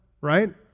Right